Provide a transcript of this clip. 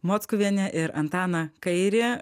mockuvienę ir antaną kairį